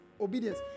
Obedience